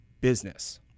business